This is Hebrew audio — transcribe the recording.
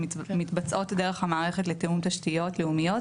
מתבצעות דרך המערכת לתיאום תשתיות לאומיות,